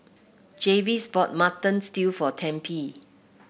Jarvis bought Mutton Stew for Tempie